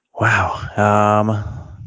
wow